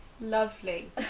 Lovely